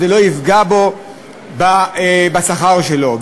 וזה לא יפגע בשכר שלו.